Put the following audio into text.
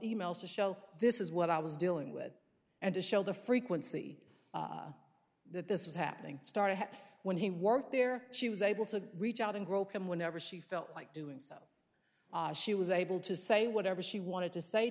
e mails to show this is what i was dealing with and to show the frequency that this was happening started when he worked there she was able to reach out and grope him whenever she felt like doing so she was able to say whatever she wanted to say